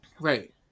Right